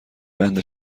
بند